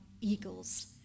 eagles